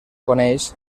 coneix